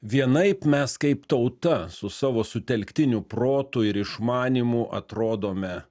vienaip mes kaip tauta su savo sutelktiniu protu ir išmanymu atrodome